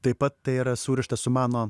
taip pat tai yra surišta su mano